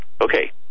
Okay